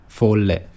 folle